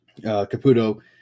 Caputo